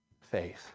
faith